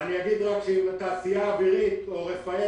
ואני אומר רק שאם התעשייה האווירית או רפא"ל